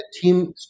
team